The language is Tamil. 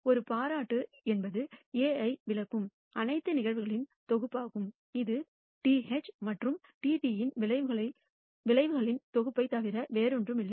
ஒரு காம்ப்ளிமென்ட் என்பது A ஐ விலக்கும் அனைத்து நிகழ்வுகளின் தொகுப்பாகும் இது TH மற்றும் TT இன் விளைவுகளின் தொகுப்பைத் தவிர வேறொன்றுமில்லை